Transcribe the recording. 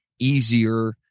Easier